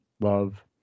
love